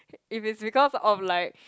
if it's because of like